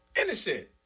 innocent